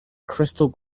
crystal